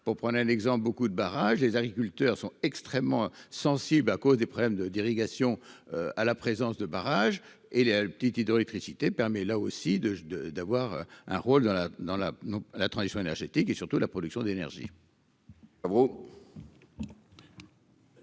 pour prendre un exemple, beaucoup de barrages, les agriculteurs sont extrêmement sensibles à cause des problèmes de d'irrigation à la présence de barrages et Les Halles petite hydroélectricité permet là aussi de, de, d'avoir un rôle dans la dans la dans la transition énergétique et, surtout, la production d'énergie.